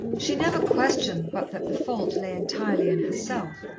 she never questioned but that the fault lay entirely in herself,